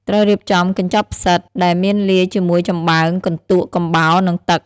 ត្រូវរៀបចំ កញ្ចប់ផ្សិត ដែលមានលាយជាមួយចម្បើង កន្ទក់ កំបោរ និងទឹក។